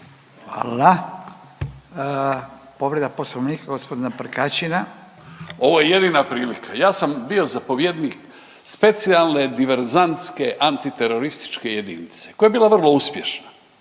Hvala. Povreda Poslovnika g. Prkačina. **Prkačin, Ante (HRB)** Ovo je jedina prilika. Ja sam bio zapovjednik Specijalne diverzantske antiterorističke jedinice koja je bila vrlo uspješna.